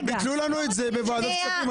ביטלו לנו את זה בוועדת כספים.